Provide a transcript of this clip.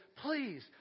please